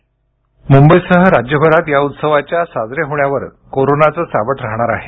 ध्वनी मुंबईसह राज्यभरात या उत्सवाच्या साजरे होण्यावर कोरोनाचं सावट राहणार आहे